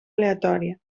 aleatòria